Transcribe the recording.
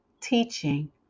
teaching